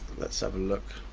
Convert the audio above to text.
let's have a look,